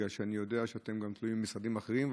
אני יודע שאתם תלויים גם במשרדים אחרים,